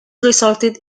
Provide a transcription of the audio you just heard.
resulted